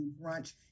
brunch